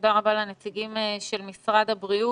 ותודה רבה לנציגים של משרד הבריאות.